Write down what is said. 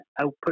output